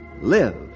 Live